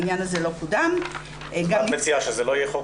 העניין הזה לא קודם --- את מציעה שזה לא יהיה חוק